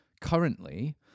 currently